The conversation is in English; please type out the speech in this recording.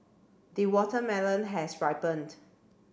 the watermelon has ripened